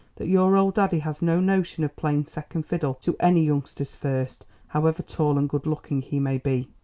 that your old daddy has no notion of playing second fiddle to any youngster's first, however tall and good-looking he may be.